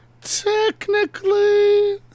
Technically